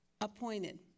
appointed